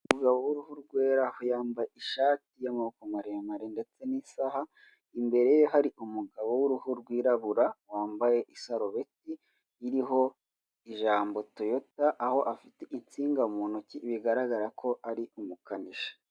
Umugabo w'uruhu rwera, aho yambaye ishati y'amabako maremare ndetse n'isaha, imbere ye hari umugabo w'uruhu rwirabura wambaye isarubeti , iriho ijambo Toyota aho afite insinga mu ntoki bigaragara ko ari umukanishi.